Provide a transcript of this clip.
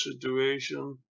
situation